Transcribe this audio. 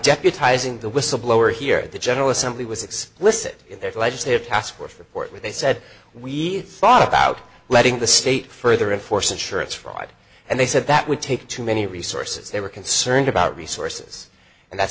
deputizing the whistleblower here the general assembly was explicit in their legislative task force report where they said we thought about letting the state further in force insurance fraud and they said that would take too many resources they were concerned about resources and that's